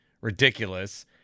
ridiculous